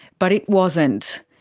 but it wasn't.